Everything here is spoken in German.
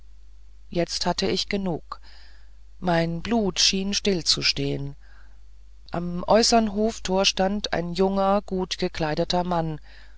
jetzt hatte ich genug mein blut schien stillzustehen am äußern hoftor stand ein junger gutgekleideter mann